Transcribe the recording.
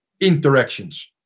interactions